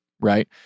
right